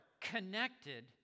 connected